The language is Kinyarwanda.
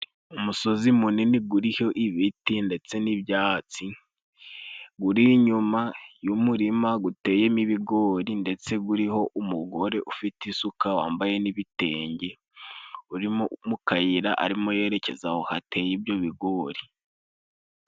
Umusozi munini guriho ibiti ndetse n'ibyatsi, guri inyuma y'umurima guteyemo ibigori, ndetse guriho umugore ufite isuka wambaye n'ibitenge urimo mu kayira, arimo yerekeza aho hateye ibyo bigori.